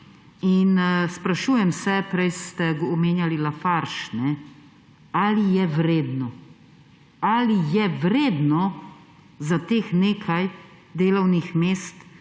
Sprašujem se, prej ste omenjali Lafarge. Ali je vredno? Ali je vredno za teh nekaj delovnih mest